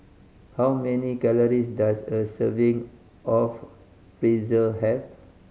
how many calories does a serving of Pretzel have